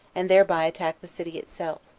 and thereby attack the city itself.